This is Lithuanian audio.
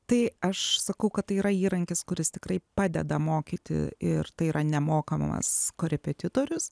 tai aš sakau kad tai yra įrankis kuris tikrai padeda mokyti ir tai yra nemokamas korepetitorius